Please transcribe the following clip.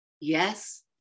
Yes